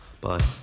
Bye